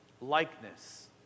likeness